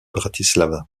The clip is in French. bratislava